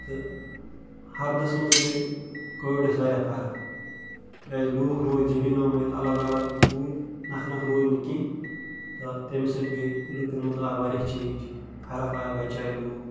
تہٕ ہردس منٛز گٔے کووِڈس وارِیاہ فرق کیازِ لوٗکھ روٗد زٔمیٖنو مٔنٛزۍ الگ الگ روٗدۍ نکھ نکھ روٗدۍ نہٕ کیٚنہہ تہٕ تمہِ سۭتۍ گٔے لُکن منٛز آیہِ واریاہ چینج فرق آیہِ بچاے لوٗکھ